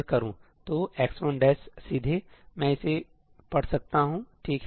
तो x1सीधे मैं इसे पढ़ सकता हूं ठीक है